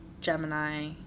Gemini